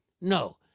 no